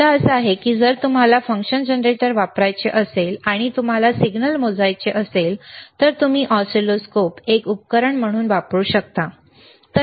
मुद्दा असा आहे की जर तुम्हाला फंक्शन जनरेटर वापरायचे असेल आणि तुम्हाला सिग्नल मोजायचे असेल तर तुम्ही ऑसिलोस्कोप एक उपकरणे म्हणून वापरू शकता ठीक आहे